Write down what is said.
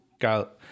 Got